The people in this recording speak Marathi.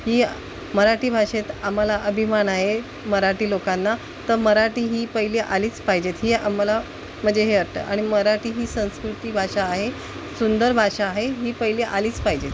ही मराठी भाषेत आम्हाला अभिमान आहे मराठी लोकांना तर मराठी ही पहिली आलीच पाहिजे आहेत ही आम्हाला म्हणजे हे वाटतं आणि मराठी ही संस्कृती भाषा आहे सुंदर भाषा आहे ही पहिली आलीच पाहिजे